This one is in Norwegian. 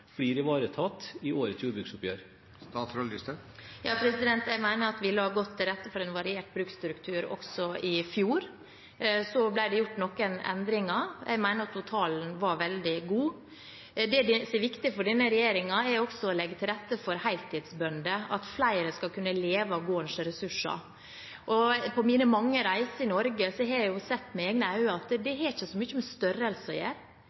blir ivaretatt i årets jordbruksoppgjør? Jeg mener at vi la godt til rette for en variert bruksstruktur også i fjor. Det ble gjort noen endringer. Jeg mener at totalen var veldig god. Det som er viktig for denne regjeringen, er å legge til rette også for heltidsbønder, at flere skal kunne leve av gårdens ressurser. På mine mange reiser i Norge har jeg sett med egne øyne at det ikke har så mye med størrelsen å gjøre,